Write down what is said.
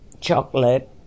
chocolate